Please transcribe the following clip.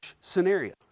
scenario